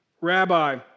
Rabbi